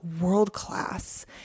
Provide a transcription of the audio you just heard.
world-class